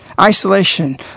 isolation